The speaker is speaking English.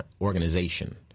organization